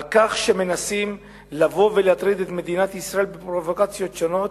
על כך שמנסים לבוא ולהטריד את מדינת ישראל בפרובוקציות שונות,